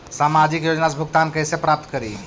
सामाजिक योजना से भुगतान कैसे प्राप्त करी?